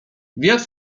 wiatr